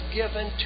given